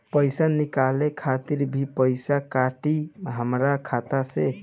पईसा निकाले खातिर भी पईसा कटी हमरा खाता से?